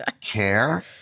care